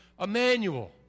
Emmanuel